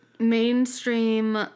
Mainstream